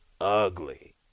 ugly